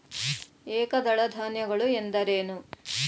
ಏಕದಳ ಧಾನ್ಯಗಳು ಎಂದರೇನು?